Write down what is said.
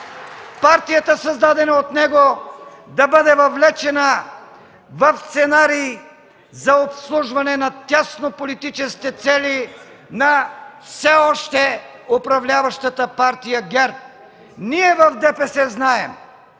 партията, създадена от него, да бъде въвлечена в сценарий за обслужване на тяснополитически цели на все още управляващата партия ГЕРБ. Ние в ДПС знаем,